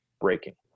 breaking